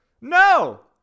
No